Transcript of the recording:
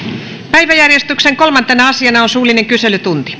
päiväjärjestyksen kolmantena asiana on suullinen kyselytunti